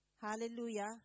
Hallelujah